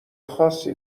خاصی